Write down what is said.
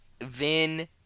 Vin